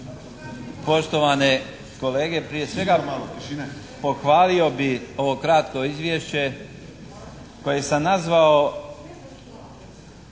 Poštovane kolege, prije svega pohvalio bih ovo kratko izvješće koje sam nazvao